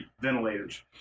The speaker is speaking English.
ventilators